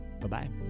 Bye-bye